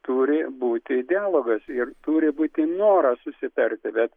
turi būti dialogas ir turi būti noras susitarti bet